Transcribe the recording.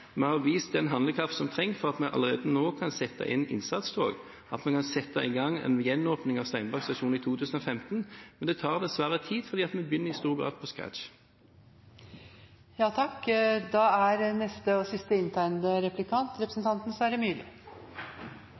Vi har vist den handlekraften som trengs for at vi allerede nå kan sette inn innsatstog, at vi kan sette i gang en gjenåpning av Steinberg stasjon i 2015. Men det tar dessverre tid, for vi begynner i stor grad på scratch. Samferdselsministeren har tillært seg en debatteknikk som ikke er særlig ærefull, der han tillegger stortingsrepresentantene motiver og